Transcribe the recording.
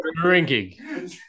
Drinking